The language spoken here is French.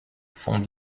fond